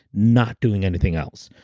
not doing anything else.